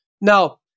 Now